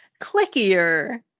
Clickier